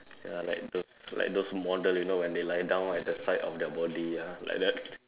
ya like those like those model you know when they lie down at the side of their body ya like that